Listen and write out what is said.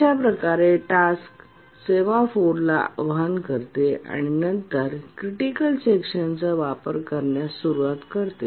अशा प्रकारे टास्क सेमॅफोरला आवाहन करते आणि नंतर क्रिटिकल सेक्शनचा वापर करण्यास सुरवात करते